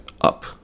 up